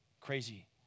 crazy